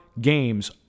games